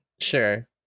Sure